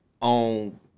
On